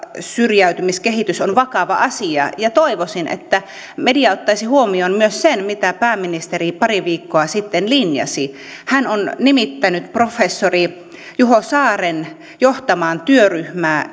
syrjäytymiskehitys on vakava asia ja toivoisin että media ottaisi huomioon myös sen mitä pääministeri pari viikkoa sitten linjasi hän on nimittänyt professori juho saaren johtamaan työryhmää